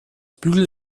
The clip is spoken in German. bügeln